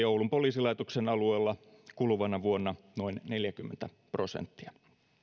oulun poliisilaitoksen alueella kuluvana vuonna noin neljäkymmentä prosenttia